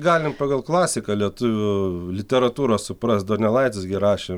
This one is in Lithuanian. galim pagal klasiką lietuvių literatūrą suprast donelaitis gi rašė